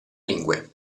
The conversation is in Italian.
lingue